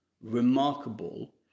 remarkable